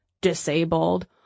disabled